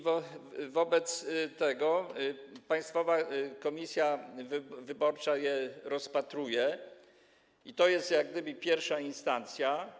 Wobec tego Państwowa Komisja Wyborcza je rozpatruje, to jest jak gdyby I instancja.